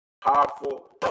powerful